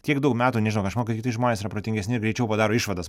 tiek daug metų nežinau aš manau kad kiti žmonės yra protingesni ir greičiau padaro išvadas